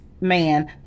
man